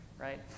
right